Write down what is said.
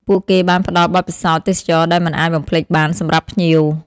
ពួកគេបានផ្តល់បទពិសោធន៍ទេសចរណ៍ដែលមិនអាចបំភ្លេចបានសម្រាប់ភ្ញៀវ។